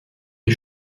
est